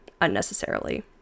unnecessarily